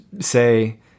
say